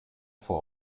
vor